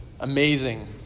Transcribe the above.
Amazing